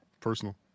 personal